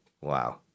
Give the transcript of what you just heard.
Wow